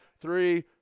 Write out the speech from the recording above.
Three